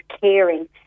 caring